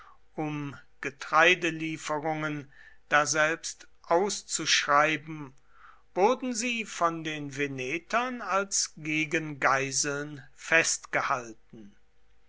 um getreidelieferungen daselbst auszuschreiben wurden sie von den venetern als gegengeiseln festgehalten